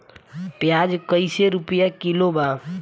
प्याज कइसे रुपया किलो बा?